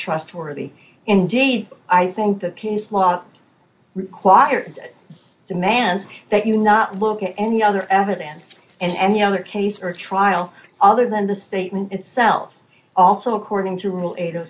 trustworthy indeed i think that piece lot required demands that you not look at any other evidence and any other case or trial other than the statement itself also according to rule